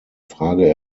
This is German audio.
frage